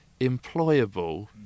employable